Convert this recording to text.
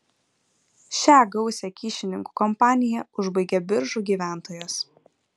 šią gausią kyšininkų kompaniją užbaigė biržų gyventojas